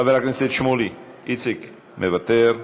חבר הכנסת שמולי, איציק, מוותר,